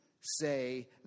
say